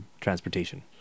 transportation